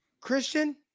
Christian